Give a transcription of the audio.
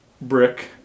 Brick